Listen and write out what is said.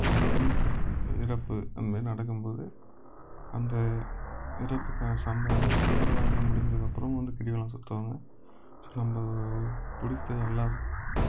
சம்பவம் மீன்ஸ் இறப்பு இதுமாதிரி நடக்கும்போது அந்த இறப்புக்கான சம்பிரதாயங்கள் முடிஞ்சதுக்கு அப்புறம் வந்து கிரிவலம் சுற்றுவாங்க நம்மை பிடித்த எல்லாம்